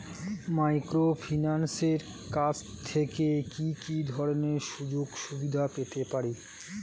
মাইক্রোফিন্যান্সের কাছ থেকে কি কি ধরনের সুযোগসুবিধা পেতে পারি?